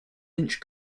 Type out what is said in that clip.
inch